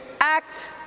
Act